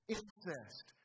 incest